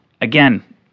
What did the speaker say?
again